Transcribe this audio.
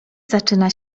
zaczyna